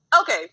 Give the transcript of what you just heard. okay